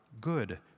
good